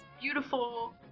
beautiful